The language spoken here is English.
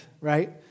right